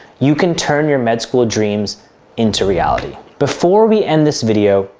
you can turn your med school dreams into reality. before we end this video,